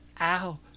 ow